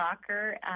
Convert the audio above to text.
soccer